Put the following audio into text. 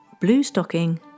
blue-stocking